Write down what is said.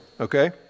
okay